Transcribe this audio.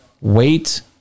Wait